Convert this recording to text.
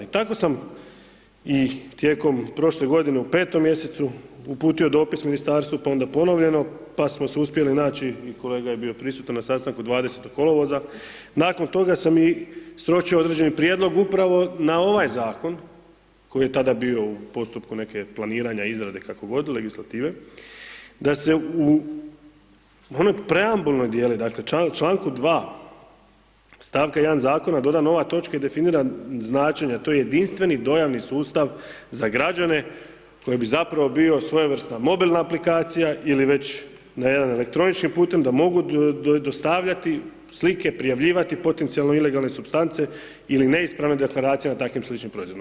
I tako sam i tijekom godine u 5 mjesecu uputio dopis ministarstvu, pa onda ponovljeno, pa smo se uspjeli naći i kolega je bio prisutan na sastanku 20. kolovoza, nakon toga sam i sročio određeni prijedlog upravo na ovaj zakon koji je tada bio u postupku neke planiranja, izrade kako god legislative, da se u onoj preambulnoj dijeli dakle članku 2. stavka 1. zakona doda nova točka i definira značenje to je jedinstveni dojavni sustav za građane koji bi zapravo bio svojevrsna mobilna aplikacija ili već na jedan elektronički putem, da mogu dostavljati slike, prijavljivati potencijalno ilegalno supstance ili neispravne deklaracije na takvim sličnim proizvodima.